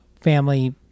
family